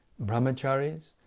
Brahmacharis